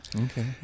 Okay